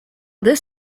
this